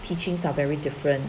teachings are very different